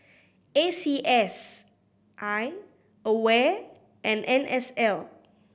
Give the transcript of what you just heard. A C S I AWARE and N S L